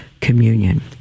communion